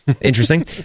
Interesting